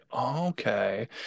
Okay